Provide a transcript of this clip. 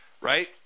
right